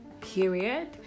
period